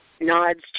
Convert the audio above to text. nods